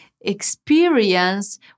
experience